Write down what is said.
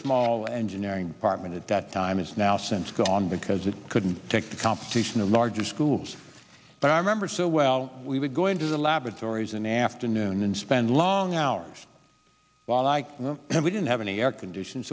small engineering department at that time is now since gone because it couldn't take the competition a larger schools but i remember so well we would go into the laboratories and afternoon and spend long hours by like them and we didn't have any air condition